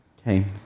Okay